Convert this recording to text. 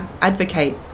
advocate